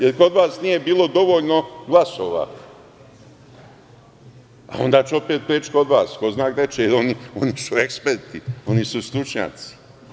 Jer kod vas nije bilo dovoljno glasova, a onda ću opet preći kod vas, ko zna gde će, jer oni su eksperti, oni su stručnjaci.